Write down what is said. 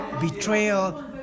betrayal